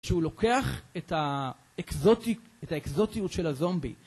שהוא לוקח את האקזוטיות של הזומבי